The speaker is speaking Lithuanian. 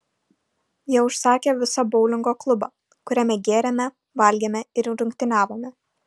jie užsakė visą boulingo klubą kuriame gėrėme valgėme ir rungtyniavome